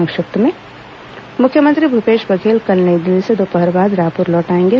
संक्षिप्त समाचार मुख्यमंत्री भूपेश बघेल कल नई दिल्ली से दोपहर बाद रायपुर लौट आएंगे